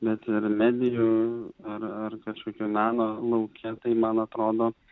net ir medijų ar ar kažkokio meno lauke tai man atrodo